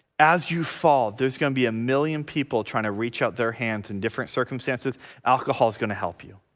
as you fall there's gonna be a million people trying to reach out their hands in different circumstances alcohol is going to help you,